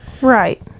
Right